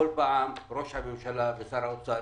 כל פעם ראש הממשלה ושר האוצר